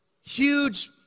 huge